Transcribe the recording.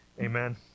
Amen